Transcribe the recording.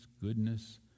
goodness